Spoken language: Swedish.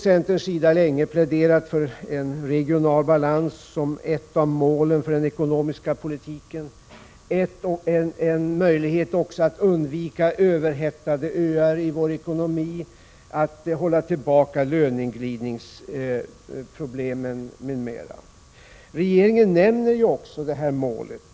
Centern har också länge pläderat för regional balans som ett av målen för den ekonomiska politiken. Det är en möjlighet att undvika överhettade öar i vår ekonomi, att begränsa löneglidningsproblemen, m.m. Regeringen nämner också det målet